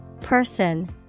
Person